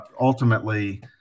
ultimately